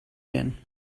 werden